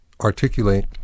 articulate